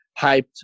hyped